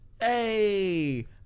hey